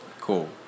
cool